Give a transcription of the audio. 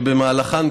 שבמהלכן,